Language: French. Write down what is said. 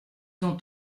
ont